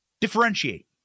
differentiate